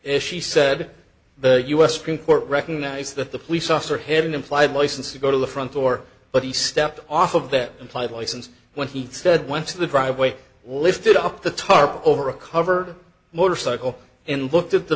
as she said the u s supreme court recognized that the police officer had an implied license to go to the front door but he stepped off of that implied license when he said went to the driveway lifted up the tarp over a cover motorcycle and looked at the